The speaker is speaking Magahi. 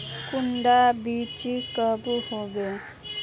कुंडा बीज कब होबे?